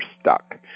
stuck